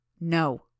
No